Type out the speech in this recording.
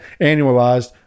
annualized